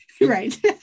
right